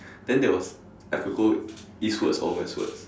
then there was I could go Eastwards or Westwards